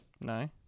No